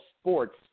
sports